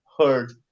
heard